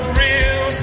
real